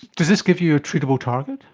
does this give you a treatable target?